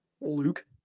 Luke